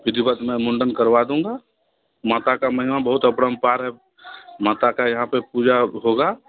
विधिवत मैं मुंडन करवा दूँगा माता का महिमा बहुत अपरंपार है माता का यहाँ पर पूजा होगी